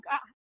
God